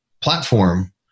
platform